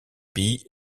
pays